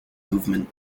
movement